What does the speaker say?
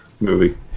movie